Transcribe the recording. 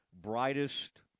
brightest